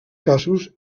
casos